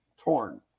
torn